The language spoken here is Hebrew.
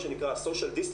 מה שנקרא Social distancing